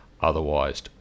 otherwise